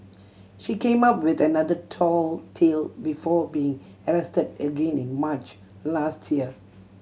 she came up with another tall tale before being arrested again in March last year